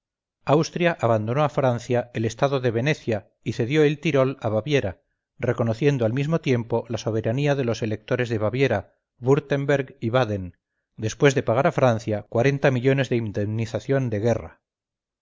austriaabandonó a francia el estado de venecia y cedió el tirol a baviera reconociendo al mismo tiempo la soberanía de los electores de baviera wurtemberg y baden después de pagar a francia cuarenta millones de indemnización de guerra